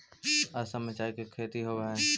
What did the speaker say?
असम में चाय के खेती होवऽ हइ